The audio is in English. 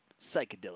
Psychedelic